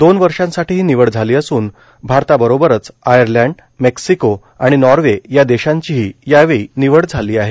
दोन वर्षांसाठी ही निवड झाली असून भारताबरोबरच आयर्लंड मेक्सिको आणि नॉर्वे या देशांचीही यावेळी निवड झाली आहे